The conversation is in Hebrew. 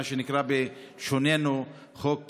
מה שנקרא בלשוננו חוק קמיניץ,